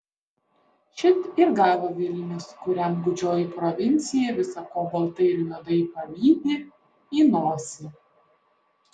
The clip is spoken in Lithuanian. šit ir gavo vilnius kuriam gūdžioji provincija visa ko baltai ir juodai pavydi į nosį